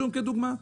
השום כדוגמה.